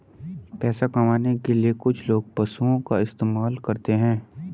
पैसा कमाने के लिए कुछ लोग पशुओं का इस्तेमाल करते हैं